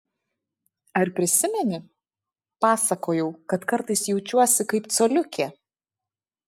ar prisimeni pasakojau kad kartais jaučiuosi kaip coliukė